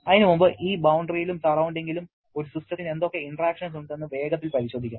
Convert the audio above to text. അതിനുമുമ്പ് ഈ ബൌണ്ടറിയിലും സറൌണ്ടിങ്ങിലും ഒരു സിസ്റ്റത്തിന് എന്തൊക്കെ ഇന്ററാക്ഷൻസ് ഉണ്ടെന്ന് വേഗത്തിൽ പരിശോധിക്കാം